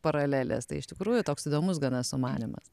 paralelės tai iš tikrųjų toks įdomus gana sumanymas